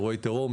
אירועי טרור,